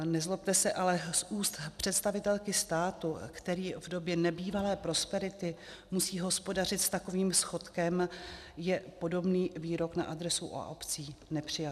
Nezlobte se, ale z úst představitelky státu, který v době nebývalé prosperity musí hospodařit s takovým schodkem, je podobný výrok na adresu obcí nepřijatelný.